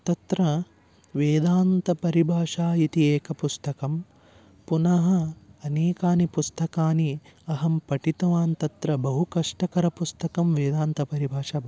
तत्र वेदान्तपरिभाषा इति एकं पुस्तकं पुनः अनेकानि पुस्तकानि अहं पठितवान् तत्र बहु कष्टकरं पुस्तकं वेदान्तपरिभाषा भवति